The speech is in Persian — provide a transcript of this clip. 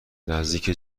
نزدیک